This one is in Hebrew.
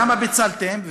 למה פיצלתם?